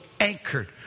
anchored